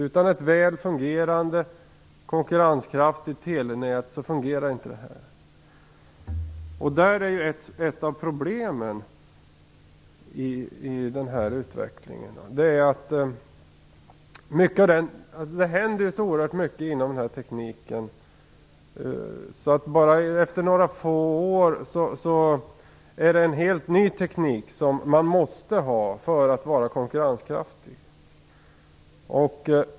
Utan ett väl fungerande och konkurrenskraftigt telenät fungerar det inte. Ett av problemen i denna utveckling är just att det händer så mycket inom den här tekniken. Redan efter några få år måste man skaffa sig en helt ny teknik för att vara konkurrenskraftig.